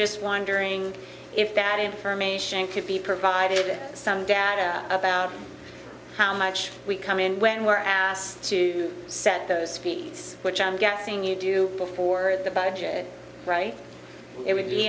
just wondering if that information could be provided some data about how much we come in when we're asked to set those speeds which i'm guessing you do before the budget right it would be